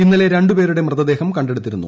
ഇന്നലെ രണ്ടുപേരുടെ മൃതദേഹം കണ്ടെടുത്തിരുന്നു